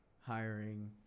hiring